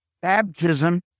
Baptism